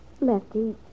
Lefty